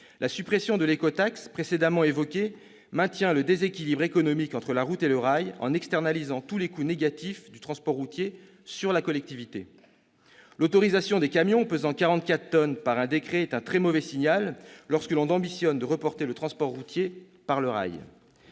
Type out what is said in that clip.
La suppression de l'écotaxe précédemment évoquée maintient le déséquilibre économique entre la route et le rail en externalisant tous les coûts négatifs du transport routier sur la collectivité. L'autorisation par décret des camions pesant 44 tonnes est un très mauvais signal lorsque l'on ambitionne de reporter le transport routier sur le rail.